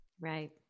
Right